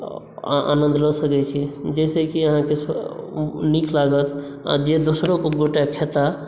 आनन्द लऽ सकै छी जाहिसे कि आहाँकेँ नीक लागत आ जे दोसरो गोटे खेता